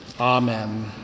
Amen